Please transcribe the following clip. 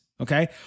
Okay